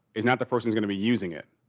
is not the person is gonna be using it.